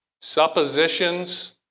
suppositions